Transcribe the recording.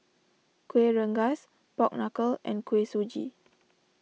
Kueh Rengas Pork Knuckle and Kuih Suji